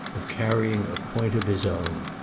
of carrying a point of his own.